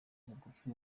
bugufi